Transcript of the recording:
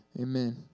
Amen